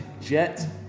Jet